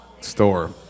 store